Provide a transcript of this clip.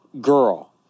girl